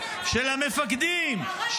זה